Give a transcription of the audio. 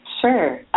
Sure